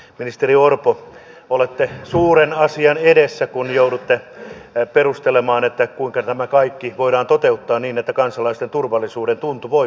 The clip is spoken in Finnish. ministeri orpo olette suuren asian edessä kun joudutte perustelemaan kuinka tämä kaikki voidaan toteuttaa niin että kansalaisten turvallisuudentunne voi vielä säilyä